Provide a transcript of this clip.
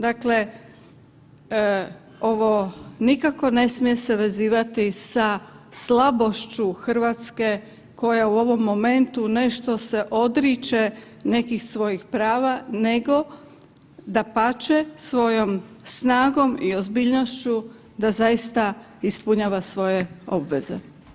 Dakle, ovo nikako se ne smije vezivati sa slabošću Hrvatske koja u ovom momentu nešto se odriče nekih svojih prava, nego dapače svojom snagom i ozbiljnošću da zaista ispunjava svoje obveze.